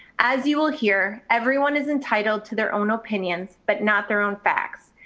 as you will hear, everyone is entitled to their own opinions, but not their own facts.